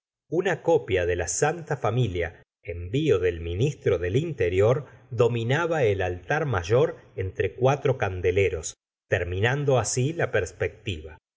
una copia de la santa familia envio del ministro del interior dominaba el altar mayor entre cuatro candeleros terminando así la perspectiva